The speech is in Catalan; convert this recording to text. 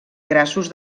grassos